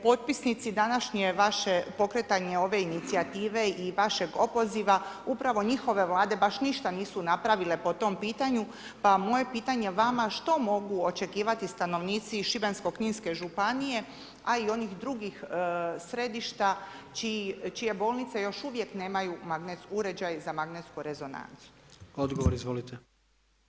Potpisnici današnje vaše, pokretanje ove inicijative i vašeg opoziva upravo njihove Vlade baš ništa nisu napravile po tom pitanju pa moje pitanje vama što mogu očekivati stanovnici Šibensko-kninske županije a i onih drugih središta čije bolnice još uvijek nemaju uređaj za magnetsku rezonancu.